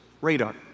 radar